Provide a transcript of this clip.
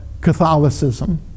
Catholicism